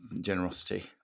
Generosity